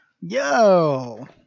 yo